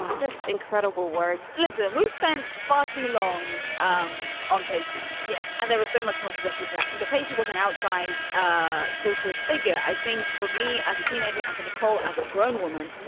just incredible work listen, we've spent far too long um on pesi. yes. and there was so much more to justice jackson, but pesi was an outsize ah sort of figure. i think for me as a teenager and for nicole as a grown woman,